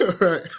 Right